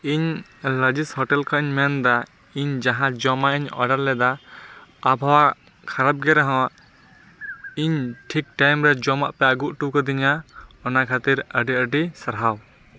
ᱤᱧ ᱱᱟᱡᱮᱥ ᱦᱳᱴᱮᱞ ᱠᱷᱚᱱ ᱤᱧ ᱢᱮᱱ ᱮᱫᱟ ᱤᱧ ᱡᱟᱦᱟᱸ ᱡᱚᱢᱟᱜ ᱤᱧ ᱳᱰᱟᱨ ᱞᱮᱫᱟ ᱟᱵᱷᱚᱭᱟ ᱠᱷᱟᱨᱟᱯ ᱜᱮ ᱨᱚᱦᱚᱸ ᱤᱧ ᱴᱷᱤᱠ ᱴᱟᱭᱤᱢ ᱨᱮ ᱡᱚᱢᱟᱜ ᱯᱮ ᱟᱹᱜᱩ ᱦᱚᱴᱚ ᱟᱠᱟᱫᱤᱧᱟᱹ ᱚᱱᱟ ᱠᱷᱟᱹᱛᱤᱨ ᱟᱹᱰᱤ ᱟᱹᱰᱤ ᱥᱟᱨᱦᱟᱣ